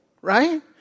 right